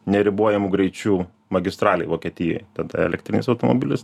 neribojamų greičių magistralė vokietijoj elektrinis automobilis